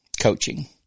coaching